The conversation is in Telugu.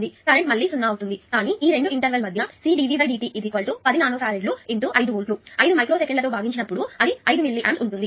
కాబట్టి కరెంట్ మళ్ళీ 0 అవుతుంది కానీ ఈ రెండు ఇంటర్వెల్ మధ్య C dv dt 10 nano farads 5 వోల్ట్లు 10 మైక్రో సెకన్లతో భాగించినప్పుడు అది 5 మిల్లీ ఆంప్స్ ఉంటుంది